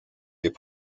est